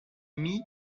mis